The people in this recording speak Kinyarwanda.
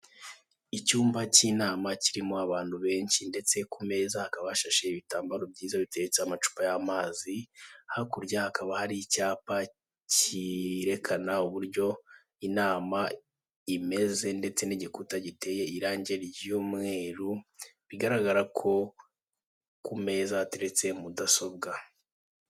Icyumba cy'inama kirimo abantu benshi ndetse ku meza hakaba hashashe ibitambaro byiza biteretseho amacupa y'amazi, hakurya hakaba hari icyapa cyerekana uburyo inama imeze ndetse n'igikuta giteye irangi ry'umweru, bigaragara ko ku meza hateretse mudasobwa.